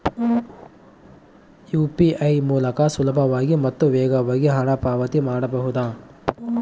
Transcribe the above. UPI ಮೂಲಕ ಸುಲಭವಾಗಿ ಮತ್ತು ವೇಗವಾಗಿ ಹಣ ಪಾವತಿ ಮಾಡಬಹುದಾ?